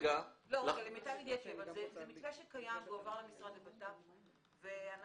זה מתווה שקיים והועבר למשרד לביטחון פנים.